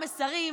אותם מסרים,